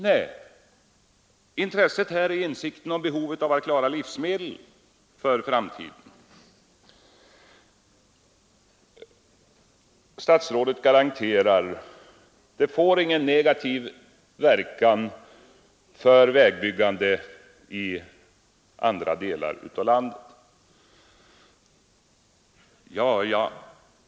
Nej, intresset här ligger i insikten om behovet av att klara livsmedlen för framtiden. Statsrådet garanterar och säger: Bron får ingen negativ verkan för vägbyggande i andra delar av landet.